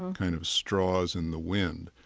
um kind of straws in the wind.